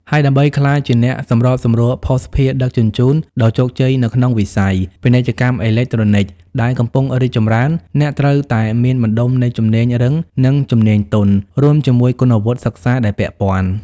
ហើយដើម្បីក្លាយជាអ្នកសម្របសម្រួលភស្តុភារដឹកជញ្ជូនដ៏ជោគជ័យនៅក្នុងវិស័យ ពាណិជ្ជកម្មអេឡិចត្រូនិកដែលកំពុងរីកចម្រើន អ្នកត្រូវតែមានបណ្តុំនៃជំនាញរឹងនិងជំនាញទន់ រួមជាមួយគុណវុឌ្ឍិសិក្សាដែលពាក់ព័ន្ធ។